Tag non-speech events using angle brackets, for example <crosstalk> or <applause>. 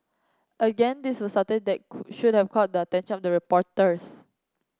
again this was something that <unintelligible> should have caught the attention of the reporters